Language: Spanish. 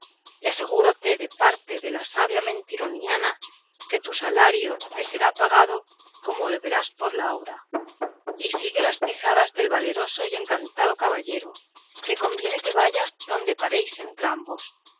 y asegúrote de parte de la sabia mentironiana que tu salario te sea pagado como lo verás por la obra y sigue las pisadas del valeroso y encantado caballero que conviene que vayas donde paréis